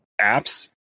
apps